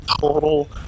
total